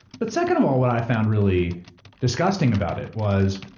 but second of all, what i found really disgusting about it was,